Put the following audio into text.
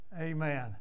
Amen